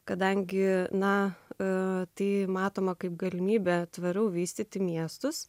kadangi na tai matoma kaip galimybę tvariai vystyti miestus